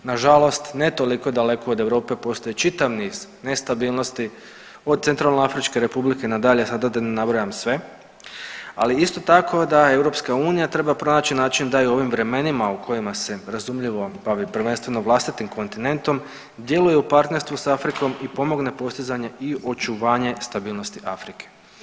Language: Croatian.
Na žalost ne toliko daleko od Europe postoji čitav niz nestabilnosti od centralno Afričke Republike na dalje sad da ne nabrajam sve, ali isto tako da EU treba pronaći način da i u ovim vremenima kojima se razumljivo bavi prvenstveno vlastitim kontinentom djeluje u partnerstvu sa Afrikom i pomogne postizanje i očuvanje stabilnosti Afrike.